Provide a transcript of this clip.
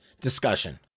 discussion